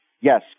yes